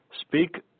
Speak